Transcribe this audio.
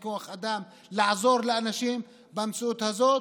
אין כוח אדם לעזור לאנשים במציאות הזאת.